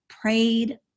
prayed